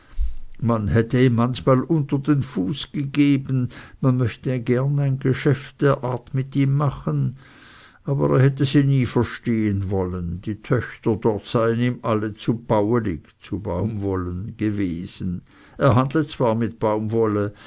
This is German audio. man hätte ihm manchmal unter den fuß gegeben man möchte gerne ein geschäft der art mit ihm machen aber er hätte sie nicht verstehen wollen die töchter dort seien ihm alle zu bauelig gewesen er handle zwar mit baumwolle